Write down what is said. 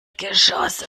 geschossen